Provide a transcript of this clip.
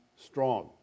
strong